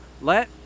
let